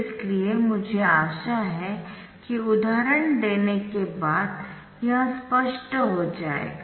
इसलिए मुझे आशा है कि उदाहरण देने के बाद यह स्पष्ट हो जाएगा